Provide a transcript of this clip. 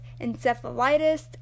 encephalitis